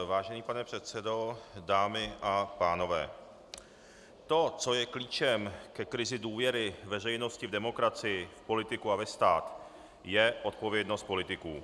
Vážený pane předsedo, dámy a pánové, to, co je klíčem ke krizi důvěry veřejnosti v demokracii, v politiku a ve stát, je odpovědnost politiků.